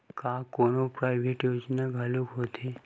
का कोनो प्राइवेट योजना घलोक होथे?